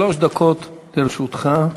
שלוש דקות לרשותך.